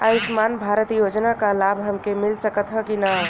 आयुष्मान भारत योजना क लाभ हमके मिल सकत ह कि ना?